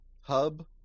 hub